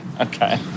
okay